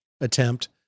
attempt